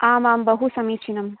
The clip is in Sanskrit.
आम् आम् बहु समीचीनम्